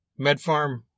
MedFarm